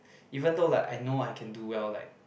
even though like I know I can do well like